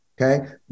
Okay